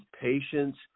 patience